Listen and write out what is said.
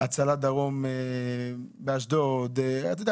הצלה דרום באשדוד - אתה יודע,